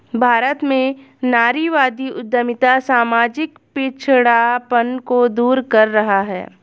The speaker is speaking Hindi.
भारत में नारीवादी उद्यमिता सामाजिक पिछड़ापन को दूर कर रहा है